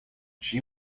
she